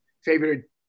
favorite